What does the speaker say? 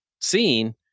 seen